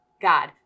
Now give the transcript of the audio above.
god